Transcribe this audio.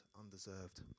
undeserved